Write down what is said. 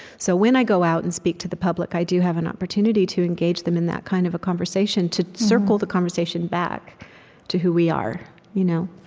so when i go out and speak to the public, i do have an opportunity to engage them in that kind of a conversation to circle the conversation back to who we are you know